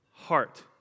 Heart